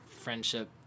friendship